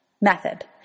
method